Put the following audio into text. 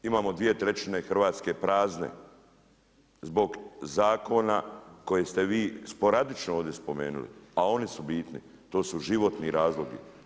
Imamo 2/3 Hrvatske prazne, zbog zakona koji ste vi sporadično ovdje spomenuli a oni su bitni, to su životni razlozi.